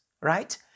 right